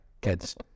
Kids